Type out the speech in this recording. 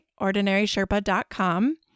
OrdinarySherpa.com